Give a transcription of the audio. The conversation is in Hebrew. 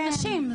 זה של נשים,